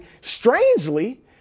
Strangely